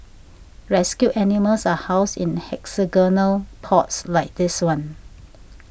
rescued animals are housed in hexagonal pods like this one